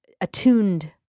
attuned